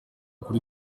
kuri